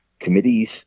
committees